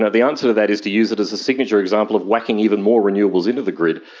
ah the answer to that is to use it as a signature example of whacking even more renewables into the grid,